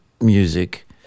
music